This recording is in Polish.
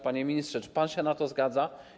Panie ministrze, czy pan się na to zgadza?